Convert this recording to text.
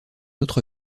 autre